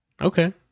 Okay